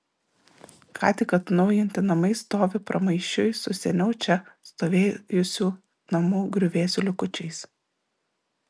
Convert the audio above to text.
ką tik atnaujinti namai stovi pramaišiui su seniau čia stovėjusių namų griuvėsių likučiais